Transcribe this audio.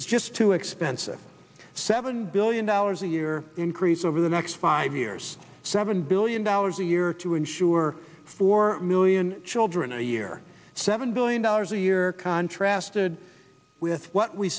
is just too expensive seven billion dollars a year increase over the next five years seven billion dollars a year to insure four million children a year seven billion dollars a year contrast to with what we